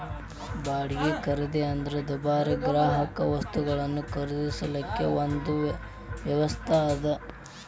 ಬಾಡ್ಗಿ ಖರೇದಿ ಅಂದ್ರ ದುಬಾರಿ ಗ್ರಾಹಕವಸ್ತುಗಳನ್ನ ಖರೇದಿಸಲಿಕ್ಕೆ ಒಂದು ವ್ಯವಸ್ಥಾ ಅದ